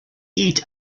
eat